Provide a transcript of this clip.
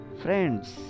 friends